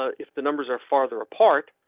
if the numbers are farther apart,